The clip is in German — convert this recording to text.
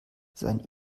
sein